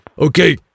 Okay